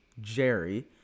Jerry